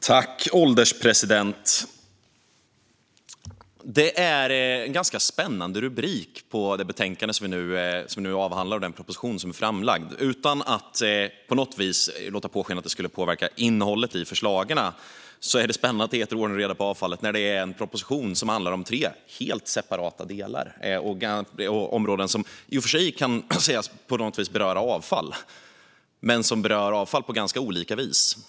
Herr ålderspresident! Det är en ganska spännande rubrik på det betänkande som vi nu avhandlar och den proposition som är framlagd. Utan att på något vis låta påskina att det skulle påverka innehållet i förslagen tycker jag att det är spännande att propositionen heter Ordning och reda på avfallet när det är en proposition som handlar om tre helt separata delar, områden som i och för sig kan sägas beröra avfall men som gör det på ganska olika vis.